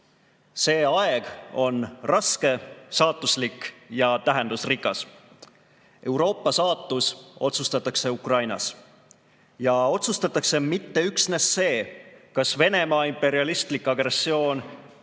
See aeg on raske, saatuslik ja tähendusrikas. Euroopa saatus otsustatakse Ukrainas. Ja otsustatakse mitte üksnes see, kas Venemaa imperialistlik agressioon